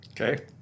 Okay